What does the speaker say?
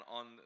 on